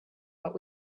but